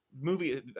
movie